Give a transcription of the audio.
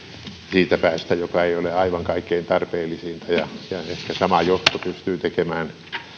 siitä päästä joka ei ole aivan kaikkein tarpeellisin ja ehkä sama johto pystyy tekemään